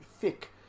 thick